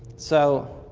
so